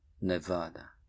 Nevada